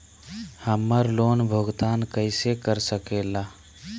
हम्मर लोन भुगतान कैसे कर सके ला?